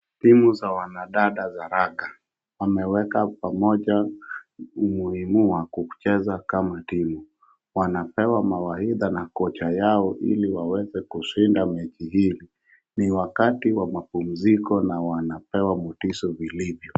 Timu za wanadada za raga wameweka pamoja umuhimu wa kucheza kama timu. Wanapewa mawaidha na kochi wao ili waweze mechi hili ,ni wakati wa mapumziko na wanapewa mtisho vilivyo.